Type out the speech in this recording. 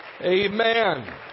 Amen